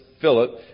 Philip